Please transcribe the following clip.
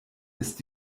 ist